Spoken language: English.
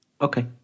Okay